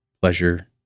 pleasure